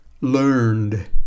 learned